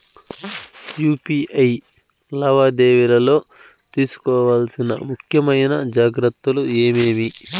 UPI లావాదేవీలలో తీసుకోవాల్సిన ముఖ్యమైన జాగ్రత్తలు ఏమేమీ?